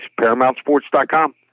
ParamountSports.com